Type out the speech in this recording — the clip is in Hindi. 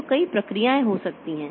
तो कई प्रक्रियाएं हो सकती हैं